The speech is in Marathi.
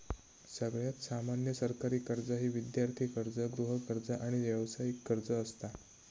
सगळ्यात सामान्य सरकारी कर्जा ही विद्यार्थी कर्ज, गृहकर्ज, आणि व्यावसायिक कर्ज असता